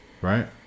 right